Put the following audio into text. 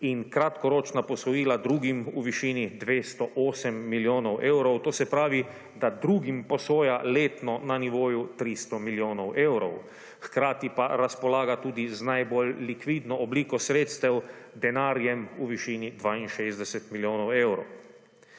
in kratkoročna posojila drugim v višini 208 milijonov evrov, to se pravi, da drugim posoja letno na nivoju 300 milijonov evrov. Hkrati pa razpolaga tudi z najbolj likvidno obliko sredstev, denarjem v višini 62 milijonov evrov.